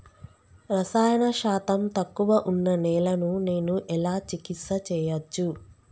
రసాయన శాతం తక్కువ ఉన్న నేలను నేను ఎలా చికిత్స చేయచ్చు?